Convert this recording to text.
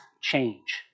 change